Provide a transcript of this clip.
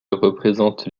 représente